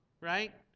right